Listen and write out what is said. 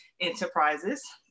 Enterprises